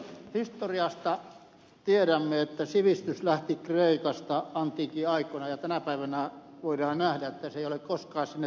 historiasta tiedämme että sivistys lähti kreikasta antiikin aikoina ja tänä päivänä voidaan nähdä että se ei ole koskaan sinne takaisin palannut